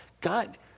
God